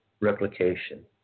Replication